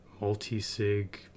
multi-sig